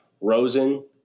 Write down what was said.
Rosen